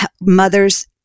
mothers